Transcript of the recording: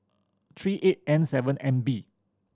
three eight N seven M B